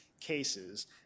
cases